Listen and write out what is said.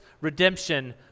redemption